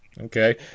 Okay